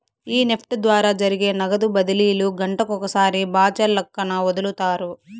ఈ నెఫ్ట్ ద్వారా జరిగే నగదు బదిలీలు గంటకొకసారి బాచల్లక్కన ఒదులుతారు